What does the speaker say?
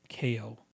KO